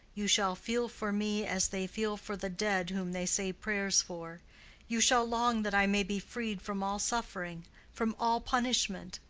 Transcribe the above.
you shall feel for me as they feel for the dead whom they say prayers for you shall long that i may be freed from all suffering from all punishment.